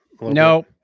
No